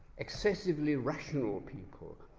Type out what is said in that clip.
excessively rational people,